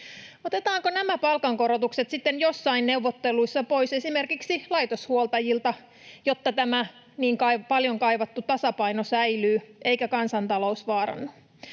Otetaanko nämä palkankorotukset sitten jossain neuvotteluissa pois esimerkiksi laitoshuoltajilta, jotta tämä paljon kaivattu tasapaino säilyy eikä kansantalous vaarannu?